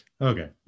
Okay